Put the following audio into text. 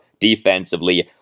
defensively